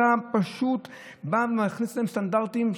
אתה פשוט בא ומכניס להם סטנדרטים.